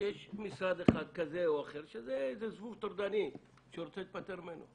שיש משרד אחד כזה או אחר שזה איזה זבוב טורדני שרוצה להיפטר ממנו.